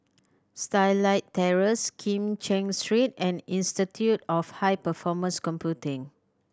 Starlight Terrace Kim Cheng Street and Institute of High Performance Computing